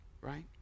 right